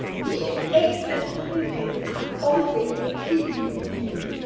these exercises are always killing me!